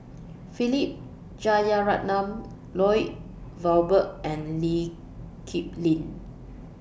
Philip Jeyaretnam Lloyd Valberg and Lee Kip Lin